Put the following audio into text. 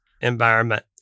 environment